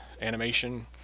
animation